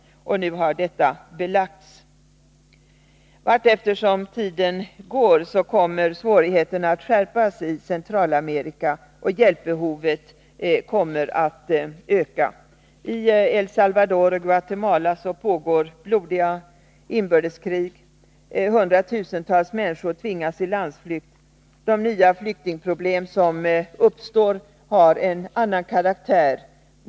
Nu har detta belagts. Allteftersom tiden går kommer svårigheterna att skärpas i Centralamerika, och hjälpbehovet kommer att öka. I El Salvador och Guatemala pågår blodiga inbördeskrig. Hundratusentals människor tvingas till landsflykt. De nya flyktingproblem som uppstår har en annan karaktär.